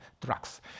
drugs